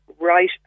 right